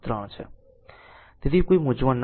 તેથી કોઈ મૂંઝવણ ન હોવી જોઈએ